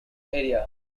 area